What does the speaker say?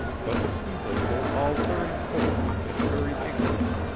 but the people were all very poor and very ignorant,